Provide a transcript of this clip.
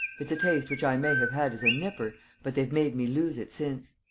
it's a taste which i may have had as a nipper but they've made me lose it since.